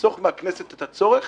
תחסוך מהכנסת את הצורך